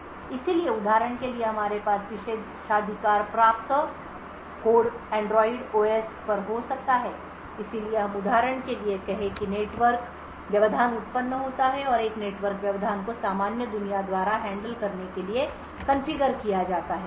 इसलिए उदाहरण के लिए हमारे पास यहाँ पर विशेषाधिकार प्राप्त कोड Android OS पर हो सकता है इसलिए हम उदाहरण के लिए कहें कि एक नेटवर्क व्यवधान उत्पन्न होता है और एक नेटवर्क व्यवधान को सामान्य दुनिया द्वारा हैंडल करने के लिए कॉन्फ़िगर किया जाता है